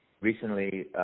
recently